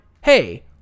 hey